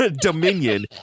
Dominion